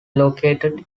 located